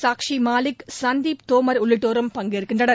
சாக்ஷி மாலிக் சந்திப் தோமர் உள்ளிட்டோரும் பங்கேற்கின்றனர்